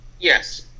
Yes